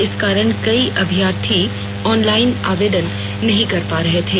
इस कारण कई अभ्यर्थी ऑनलाइन आवेदन नहीं कर पा रहे थे